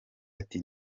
ati